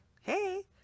Hey